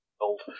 old